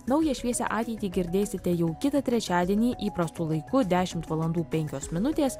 naują šviesią ateitį girdėsite jau kitą trečiadienį įprastu laiku dešimt valandų penkios minutės